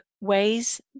ways